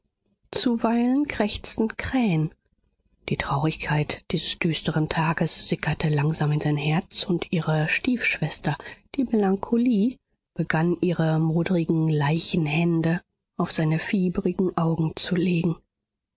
zuweilen krächzten krähen die traurigkeit dieses düsteren tages sickerte langsam in sein herz und ihre stiefschwester die melancholie begann ihre moderigen leichenhände auf seine fieberigen augen zu legen